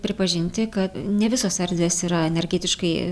pripažinti kad ne visos erdvės yra energetiškai